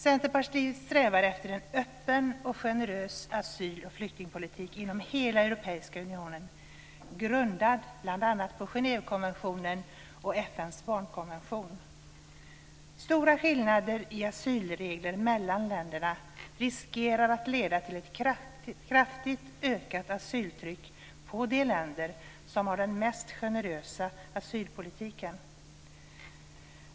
Centerpartiet strävar efter en öppen och generös asyl och flyktingpolitik inom hela Europeiska unionen, grundad bl.a. på Genèvekonventionen och FN:s barnkonvention. Stora skillnader i asylregler mellan länderna riskerar att leda till ett kraftigt ökat asyltryck på de länder som har den mest generösa asylpolitiken.